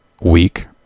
week